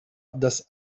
das